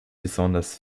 besonders